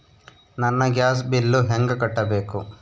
ನನ್ನ gas bill ಹೆಂಗ ಕಟ್ಟಬೇಕು?